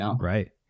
Right